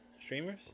streamers